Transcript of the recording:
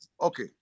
okay